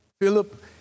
Philip